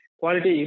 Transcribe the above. quality